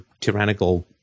tyrannical